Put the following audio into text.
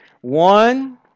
One